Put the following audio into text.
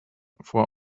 for